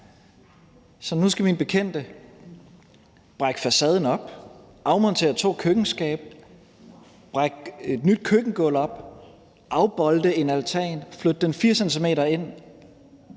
Så nu skal min bekendte brække facaden op, afmontere to køkkenskabe, brække et nyt køkkengulv op, afbolte en altan, flytte den 4 cm ind,